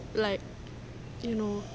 like you know